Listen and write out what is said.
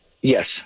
Yes